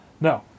No